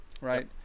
right